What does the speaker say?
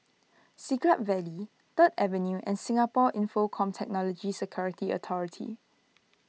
Siglap Valley Third Avenue and Singapore Infocomm Technology Security Authority